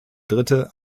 dritte